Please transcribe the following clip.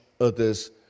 others